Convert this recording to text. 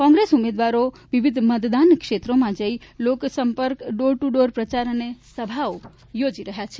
કોંગ્રેસ ઉમેદવારો વિવિધ મતદાન ક્ષેત્રોમાં જઈ લોકસંપક ડોર ટુ ડોર પ્રચાર અને સભાઓ યોજી રહ્યા છે